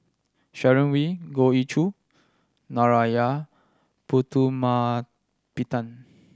Sharon Wee Goh Ee Choo Narana Putumaippittan